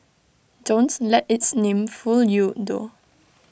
don't let its name fool you though